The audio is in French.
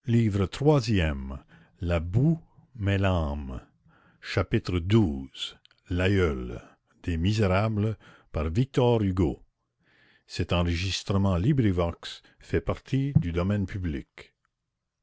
chapitre xii l'aïeul